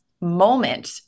moment